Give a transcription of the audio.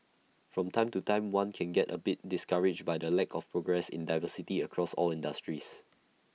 from time to time one can get A bit discouraged by the lack of progress in diversity across all industries